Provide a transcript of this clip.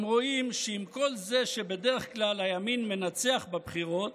הם רואים שעם כל זה שבדרך כלל הימין מנצח בבחירות,